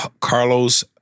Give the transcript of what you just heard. Carlos